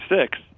six